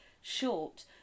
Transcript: short